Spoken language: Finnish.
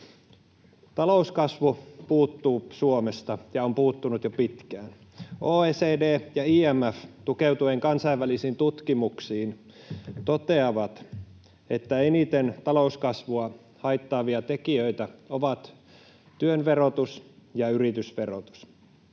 Talouskasvu puuttuu Suomesta ja on puuttunut jo pitkään. OECD ja IMF tukeutuen kansainvälisiin tutkimuksiin toteavat, että eniten talouskasvua haittaavia tekijöitä ovat työn verotus ja yritysverotus.